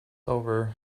over